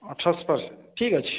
আঠাশ পারসেন্ট ঠিক আছে